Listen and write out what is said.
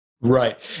Right